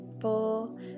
four